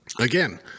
Again